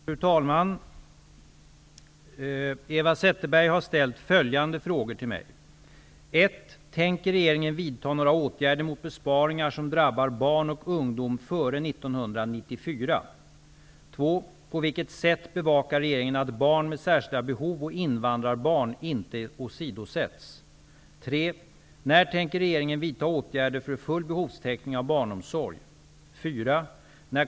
Fru talman! Eva Zetterberg har ställt följande frågor till mig: 2. På vilket sätt bevakar regeringen att barn med särskilda behov och invandrarbarn inte åsidosätts? 5.